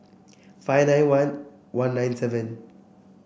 five nine one one nine seven